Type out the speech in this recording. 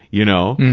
you know.